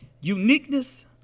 Uniqueness